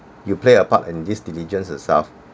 you play a part in this diligence itself